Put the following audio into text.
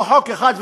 לא חוק אחד,